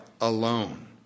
Alone